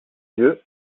yeux